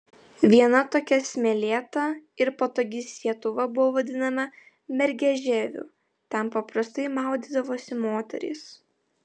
viena tokia smėlėta ir patogi sietuva buvo vadinama mergežeriu ten paprastai maudydavosi moterys